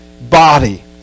body